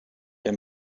him